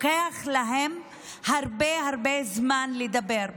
לוקח להם הרבה הרבה זמן לדבר.